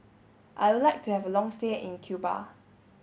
I would like to have a long stay in Cuba